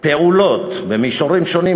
פעולות במישורים שונים,